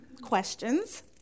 questions